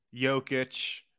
Jokic